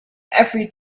every